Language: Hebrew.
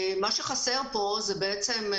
מה שחסר פה זה בעצם,